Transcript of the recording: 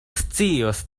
scios